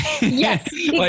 Yes